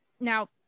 now